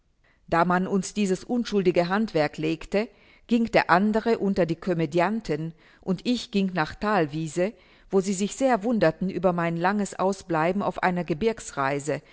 da man uns dieses unschuldige handwerk legte ging der andere unter die comödianten und ich ging nach thalwiese wo sie sich sehr wunderten über mein langes ausbleiben auf einer gebirgsreise